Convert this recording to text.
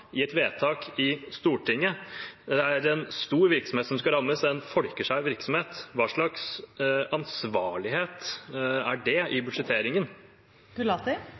et vedtak i Stortinget. Det er en stor virksomhet som skal rammes, det er en folkekjær virksomhet. Hva slags ansvarlighet er det i budsjetteringen?